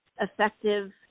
effective